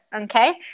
Okay